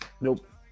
Nope